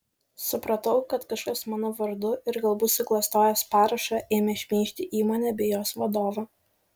supratau kad kažkas mano vardu ir galbūt suklastojęs parašą ėmė šmeižti įmonę bei jos vadovą